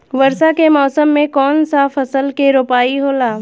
वर्षा के मौसम में कौन सा फसल के रोपाई होला?